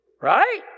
Right